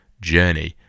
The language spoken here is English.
journey